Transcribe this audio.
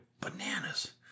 bananas